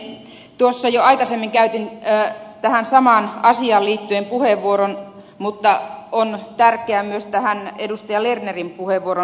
tuossa jo aikaisemmin käytin tähän samaan asiaan liittyen puheenvuoron mutta on tärkeää todeta myös tähän edustaja ruohonen lernerin puheenvuoron perään